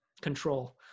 control